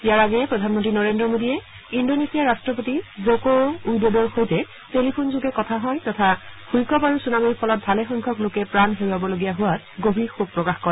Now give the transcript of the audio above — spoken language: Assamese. ইয়াৰ আগেয়ে প্ৰধানমন্ত্ৰী নৰেন্দ্ৰ মোডীয়ে ইণ্ডোনেছিয়াৰ ৰাট্টপতি জকঅ উইডডৰ সৈতে টেলিফোন যোগে কথা হয় তথা ভূঁইকঁপ আৰু চুনামিৰ ফলত ভালে সংখ্যক লোকে প্ৰাণ হেৰুৱাবলগীয়া হোৱাত গভীৰ শোক প্ৰকাশ কৰে